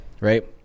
right